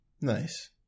Nice